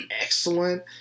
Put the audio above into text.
excellent